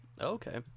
Okay